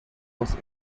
was